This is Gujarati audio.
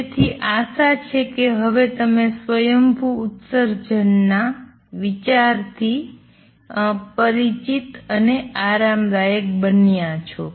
તેથી આશા છે કે હવે તમે સ્વયંભૂ ઉત્સર્જનના વિચારથી પરિચિત અને આરામદાયક બન્યા છો